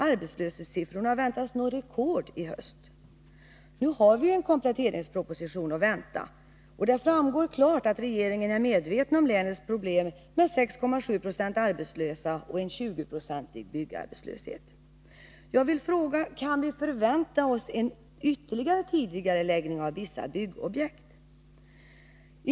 Arbetslöshetssiffrorna väntas i stället nå rekord i höst. Nu har vi en kompletteringsproposition att vänta. Det framgår klart att regeringen är medveten om länets problem med 6,7 90 arbetslösa och en 20-procentig byggarbetslöshet. Jag vill därför fråga: Kan vi förvänta oss ytterligare tidigareläggning av vissa byggobjekt?